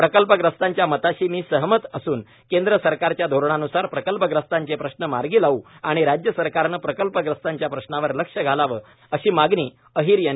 प्रकल्पग्रस्तांच्या मताशी मी सहमत असून केंद्र सरकारच्या धोरणान्सार प्रकल्पग्रस्तांचे प्रश्न मार्गी लावू आणि राज्य सरकारने प्रकल्पग्रस्तांच्या प्रश्नावर लक्ष घालावे अशी मागणी अहीर यांनी केली आहे